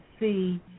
see